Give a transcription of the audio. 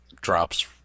drops